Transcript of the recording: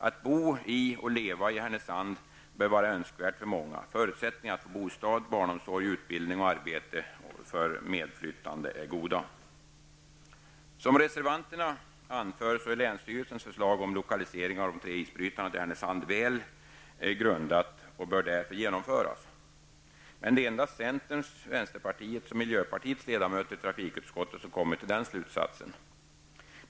Att bo och leva i Härnösand bör vara önskvärt för många. Förutsättningarna att få bostad, barnomsorg, utbildning och arbete åt medflyttande är goda. Som reservanterna anför är länsstyrelsens förslag om lokalisering av de tre isbrytarna till Härnösand välgrundat och bör därför genomföras. Men det är endast centerns, vänsterpartiets och miljöpartiets ledamöter i trafikutskottet som kommit till denna slutsats.